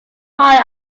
are